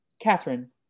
Catherine